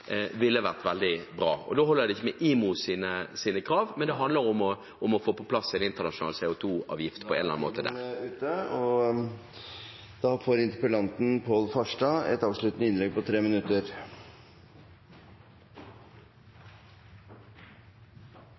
ville vært veldig bra. Da holder det ikke med IMOs krav, det handler om å få på plass en internasjonal